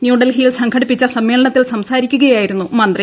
ന്യൂഡൽഹിയിൽ സംഘടിപ്പിച്ച സമ്മേളനത്തിൽ സംസ്ാരിക്കുകയായിരുന്നു മന്ത്രി